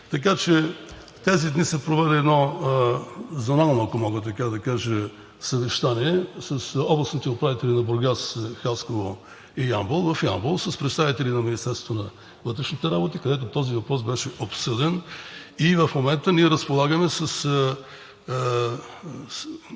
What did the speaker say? Тези дни се проведе зонално, ако мога така да кажа, съвещание с областните управители на Бургас, Хасково и Ямбол в Ямбол с представители на Министерството на вътрешните работи, където този въпрос беше обсъден и в момента ние разполагаме със